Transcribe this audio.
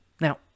now